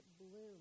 bloom